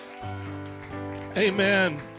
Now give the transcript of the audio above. Amen